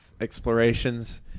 explorations